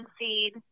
seed